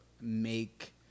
make